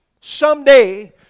someday